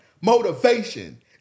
motivation